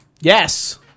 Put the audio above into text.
Yes